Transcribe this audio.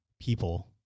people